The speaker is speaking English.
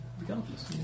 regardless